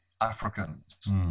Africans